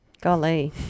Golly